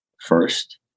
first